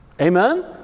Amen